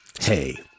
Hey